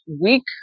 week